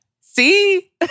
See